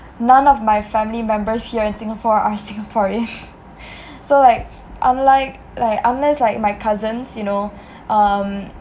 none of my family members here in singapore are singaporeans so like unlike like unless like my cousins you know um because